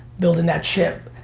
building that chip,